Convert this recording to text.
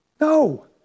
No